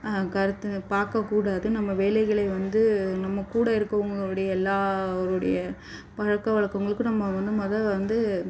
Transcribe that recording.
கருத்து பார்க்கக்கூடாது நம்ம வேலைகளை வந்து நம்ம கூட இருக்கறவங்களுடைய எல்லாேருடைய பழக்க வழக்கங்களுக்கும் நம்ம வந்து மொதல் வந்து